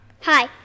Hi